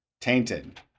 Tainted